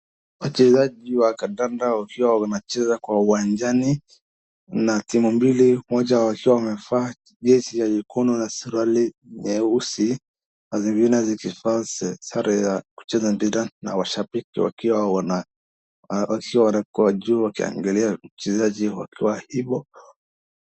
Wachezaji wa kandanda wakiwa wanacheza kwa uwanjani .Na timu mbili moja wakiwa wamevaa jezi ya mikono na suruali nyeusi na zingine zikivaa sare ya kucheza mpira na washabiki wakiwa wana wakiwa kwa juu wakiangalia uchezaji wakiwa ivo.